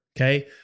okay